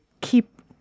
keep